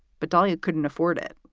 but don't you couldn't afford it?